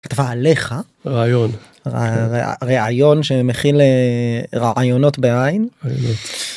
כתבה עליך ראיון, ראיון שמכיל רעיונות בעין.